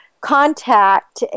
contact